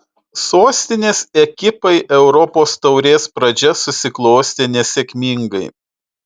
sostinės ekipai europos taurės pradžia susiklostė nesėkmingai